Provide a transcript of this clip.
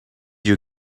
you